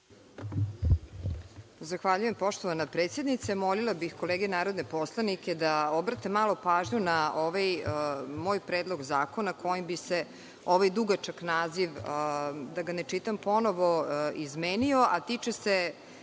Zahvaljujem poštovana predsednice. Molila bih kolege narodne poslanike da obrate malo pažnju na ovaj moj predlog zakona, kojim bi se ovaj dugačak naziv, da ga ne čitam ponovo, izmenio, a tiče se